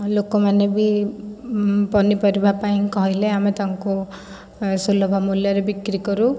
ଲୋକମାନେ ବି ପନିପରିବା ପାଇଁ କହିଲେ ଆମେ ତାଙ୍କୁ ସୁଲଭ ମୂଲ୍ୟରେ ବିକ୍ରି କରୁ